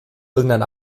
irgendein